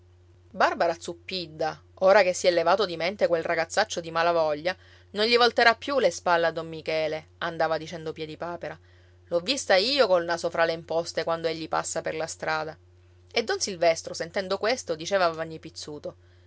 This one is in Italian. barbara zuppidda ora che si è levato di mente quel ragazzaccio di malavoglia non gli volterà più le spalle a don michele andava dicendo piedipapera l'ho vista io col naso fra le imposte quando egli passa per la strada e don silvestro sentendo questo diceva a vanni pizzuto